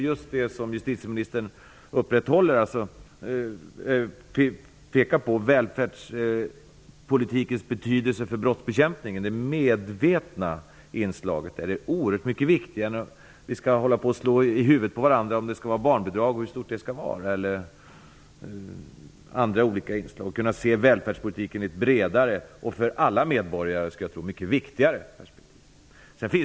Justitieministern pekar på välfärdspolitikens betydelse för brottsbekämpningen, och en medveten inriktning på detta är mycket viktigare än att vi slår varandra i huvudet med detaljer som barnbidragets konstruktion eller storlek osv. Vi måste kunna se välfärdspolitiken i ett bredare och för alla medborgare mycket viktigare perspektiv.